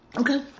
Okay